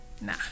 nah